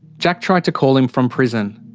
jack tried to call him from prison.